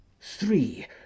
three